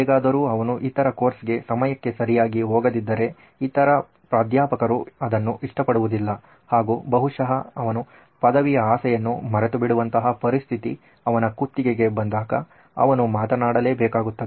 ಹೇಗಾದರೂ ಅವನು ಇತರ ಕೋರ್ಸಿಗೆ ಸಮಯಕ್ಕೆ ಸರಿಯಾಗಿ ಹೋಗದಿದ್ದರೆ ಇತರ ಪ್ರಾಧ್ಯಾಪಕರು ಅದನ್ನು ಇಷ್ಟಪಡುವುದಿಲ್ಲ ಹಾಗೂ ಬಹುಶಃ ಅವನು ಪದವಿ ಆಸೆಯನ್ನು ಮರೆತು ಬಿಡುವಂತ ಪರಿಸ್ಥಿತಿ ಅವನ ಕುತ್ತಿಗೆಗೆ ಬಂದಾಗ ಅವನು ಮಾತನಾಡಲೇಬೇಕಾಗುತ್ತದೆ